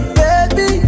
baby